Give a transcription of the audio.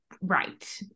Right